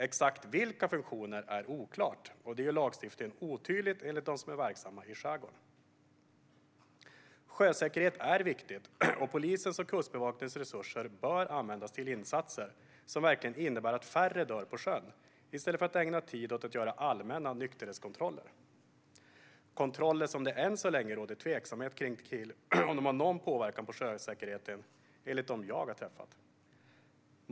Exakt vilka funktioner är oklart, och det gör lagstiftningen otydlig, enligt dem som är verksamma i skärgården. Sjösäkerhet är viktigt, och polisens och Kustbevakningens resurser bör användas till insatser som verkligen innebär att färre dör på sjön i stället för att tid ägnas åt att göra allmänna nykterhetskontroller - kontroller som det än så länge råder tveksamhet kring när det gäller om de har någon påverkan på sjösäkerheten, enligt dem jag har träffat.